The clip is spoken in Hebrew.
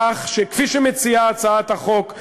כפי שמציעה הצעת החוק,